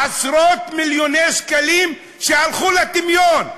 עשרות-מיליוני שקלים ירדו לטמיון.